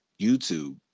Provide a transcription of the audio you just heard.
youtube